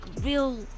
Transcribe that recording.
real